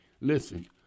Listen